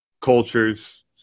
cultures